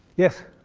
yes?